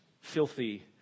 filthy